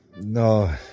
No